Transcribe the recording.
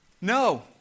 No